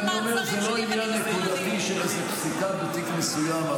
אבל אני אומר שזה לא עניין נקודתי של איזו פסיקה בתיק מסוים.